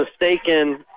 mistaken